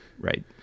Right